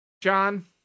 John